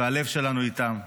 והלב שלנו איתם.